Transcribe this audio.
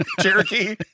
Cherokee